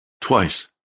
twice